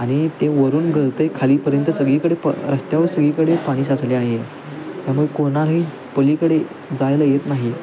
आणि ते वरून गळतं आहे खालीपर्यंत सगळीकडे प रस्त्यावर सगळीकडे पाणी साचले आहे त्यामुळे कोणालाही पलीकडे जायला येत नाही